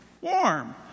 warm